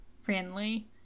friendly